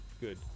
good